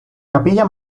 capilla